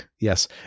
Yes